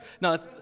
No